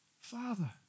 Father